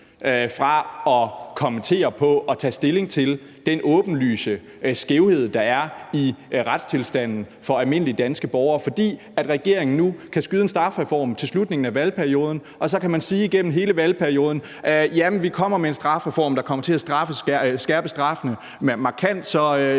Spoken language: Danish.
til at kommentere på og tage stilling til den åbenlyse skævhed, der er i retstilstanden for almindelige danske borgere. For regeringen kan nu udskyde en strafreform til slutningen af valgperioden, og så kan man igennem hele valgperioden sige: Vi kommer med en strafreform, der kommer til at skærpe straffene markant, så